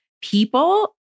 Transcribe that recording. people